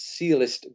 Sealist